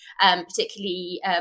particularly